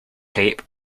tape